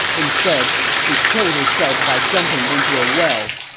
instead, she killed herself by jumping into a well.